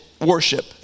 worship